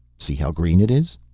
see how green it is?